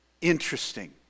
Interesting